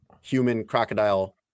human-crocodile